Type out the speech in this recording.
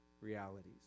realities